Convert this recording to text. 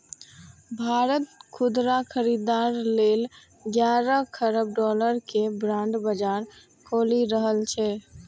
भारत खुदरा खरीदार लेल ग्यारह खरब डॉलर के बांड बाजार खोलि रहल छै